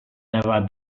never